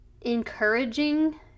encouraging